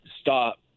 stop